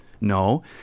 No